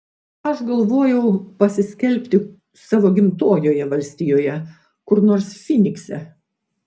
aš galvojau pasiskelbti savo gimtojoje valstijoje kur nors fynikse